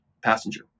passenger